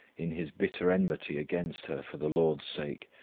in his bitter enmity against her for the lord's sake,